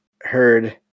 heard